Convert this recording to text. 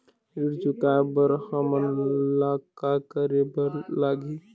ऋण चुकाए बर हमन ला का करे बर लगही?